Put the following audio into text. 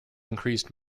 increased